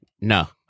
No